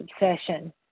obsession